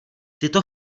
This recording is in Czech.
tyto